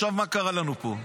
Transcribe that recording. עכשיו, מה קרה לנו פה?